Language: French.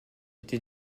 été